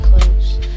close